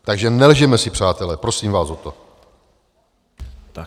Takže nelžeme si, přátelé, prosím vás o to.